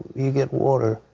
you get water.